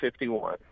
51